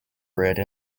bridge